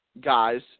guys